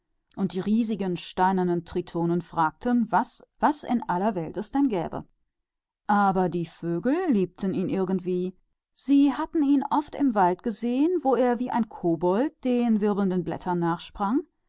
und die großen steinernen tritonen fragten was in aller welt es gäbe aber die vögel liebten ihn sie hatten ihn oft im wald gesehen wenn er wie ein elb über die wirbelnden blätter